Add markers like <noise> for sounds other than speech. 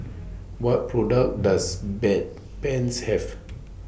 <noise> What products Does Bedpans Have <noise>